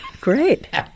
Great